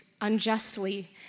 unjustly